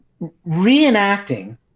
reenacting